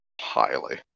Highly